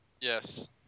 Yes